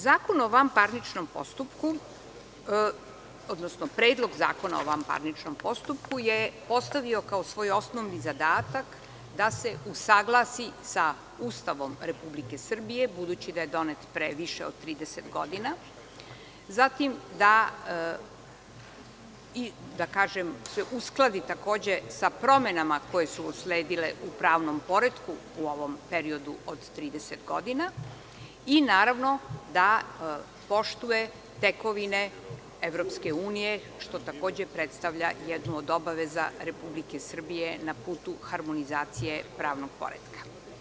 Zakon o vanparničnom postupku, odnosno Predlog zakona o vanparničnom postupku je postavio kao svoj osnovni zadatak da se usaglasi sa Ustavom Republike Srbije, budući da je donet pre više od 30 godina, kao i da se uskladi sa promenama koje su usledile u pravnom poretku u ovom periodu od 30 godina i, naravno, da poštuje tekovine EU, što takođe predstavlja jednu od obaveza Republike Srbije na putu harmonizacije pravnog poretka.